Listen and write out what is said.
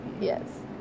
Yes